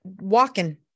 walking